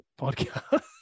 podcast